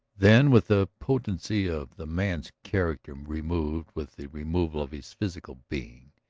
then, with the potency of the man's character removed with the removal of his physical being,